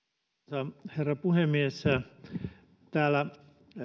arvoisa herra puhemies kun täällä